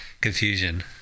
confusion